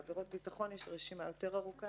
בעבירות ביטחון יש רשימה יותר ארוכה.